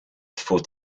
faut